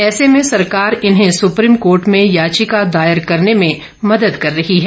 ऐसे में सरकार इन्हेँ सुप्रीम कोर्ट में याचिका दायर करने में मदद कर रही है